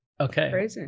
Okay